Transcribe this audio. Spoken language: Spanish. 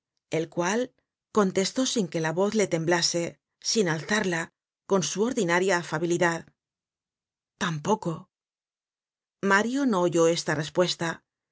el cual contestó sin que la voz le temblase sin alzarla con su ordinaria afabilidad tampoco mario no oyó esta respuesta